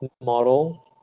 model